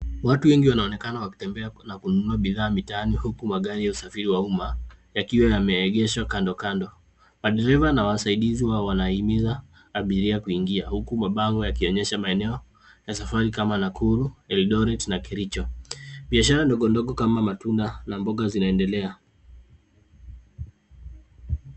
Watu wengi wanaonekana wakitembea na kununua bidhaa mitaani huku magari ya usafiri wa uma yakiwa yameegeshwa kando kando. Madereva na wasaidizi wao wanahimiza abiria kuingia huku mabango yakionyesha maeneo ya safari kama Nakuru, Eldoret na Kericho. Biashara ndogo ndogo kama matunda na mboga zinaendelea.